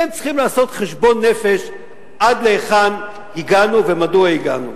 הם צריכים לעשות חשבון נפש עד להיכן הגענו ומדוע הגענו.